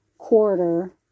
quarter